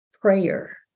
prayer